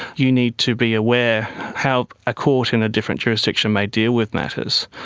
you need to be aware how a court in a different jurisdiction may deal with matters,